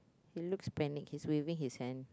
he looks panicked he's waving his hand